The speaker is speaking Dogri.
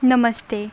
नमस्ते